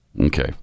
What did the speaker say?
Okay